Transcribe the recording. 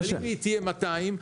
אם היא תגדל ל-200,